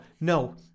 no